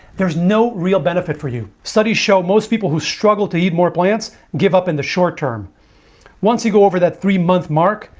there's no real benefit for you studies show most people who struggle to eat more plants and give up in the short term once you go over that three month mark,